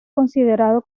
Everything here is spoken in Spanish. considerado